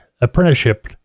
apprenticeship